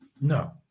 No